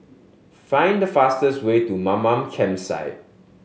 find the fastest way to Mamam Campsite